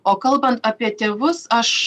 o kalbant apie tėvus aš